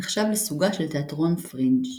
נחשב לסוגה של תיאטרון פרינג'.